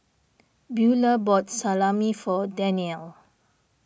Beulah bought Salami for Danielle